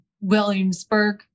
Williamsburg